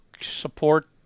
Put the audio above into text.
Support